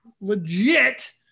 legit